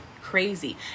crazy